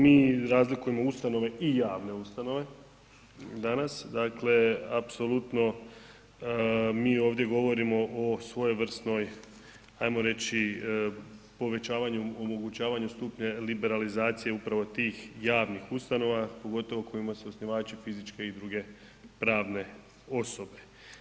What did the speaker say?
Mi razlikujemo ustanove i javne ustanove danas. dakle, apsolutno mi ovdje govorimo o svojevrsnoj ajmo reći povećavanju, omogućavanju stupnja liberalizacije upravo tih javnih ustanova pogotovo kojima su osnivači fizičke i druge pravne osobe.